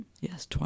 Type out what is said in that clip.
Yes